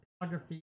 photography